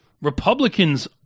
Republicans